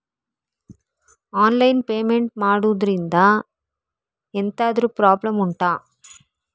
online payment ಮಾಡುದ್ರಿಂದ ಎಂತಾದ್ರೂ problem ಉಂಟಾ